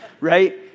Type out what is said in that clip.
right